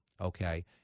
okay